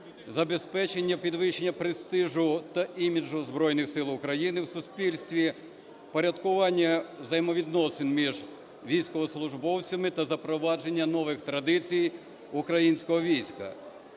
забезпечення підвищення престижу та іміджу Збройних Сил України в суспільстві, впорядкування взаємовідносин між військовослужбовцями та запровадження нових традицій українського війська.